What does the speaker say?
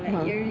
ah